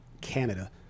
Canada